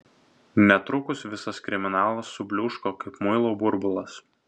netrukus visas kriminalas subliūško kaip muilo burbulas